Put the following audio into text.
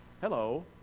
Hello